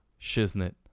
Shiznit